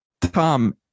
Tom